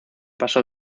pasó